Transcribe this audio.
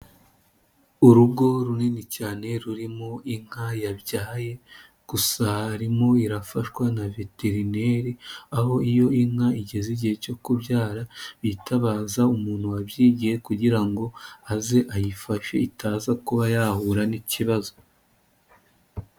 Urugo runini cyane rurimo inka yabyaye gusa irimo irafashwa na veterineri, aho iyo inka igeze igihe cyo kubyara bitabaza umuntu wabyigiye kugira ngo aze ayifashe itaza kuba yahura n'ikibazo.